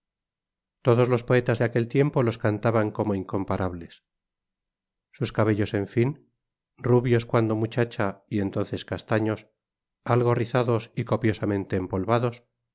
todos los poetas de aquel tiempo los cantaban como incomparables sus cabellos en fin rubios cuando muchacha y entonces castaños algo rizados y copiosamente empolvados